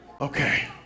Okay